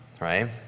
right